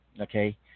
Okay